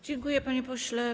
Dziękuję, panie pośle.